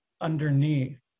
underneath